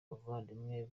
bavandimwe